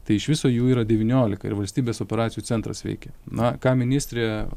tai iš viso jų yra devyniolika ir valstybės operacijų centras veikia na ką ministrė